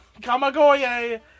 Kamagoye